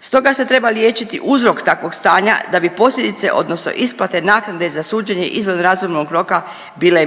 Stoga se treba liječiti uzrok takvog stanja da bi posljedice odnosno isplate naknade za suđenje izvan razumnog roka bile